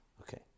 Okay